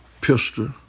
pistol